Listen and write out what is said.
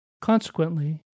Consequently